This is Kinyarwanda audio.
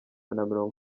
namirongo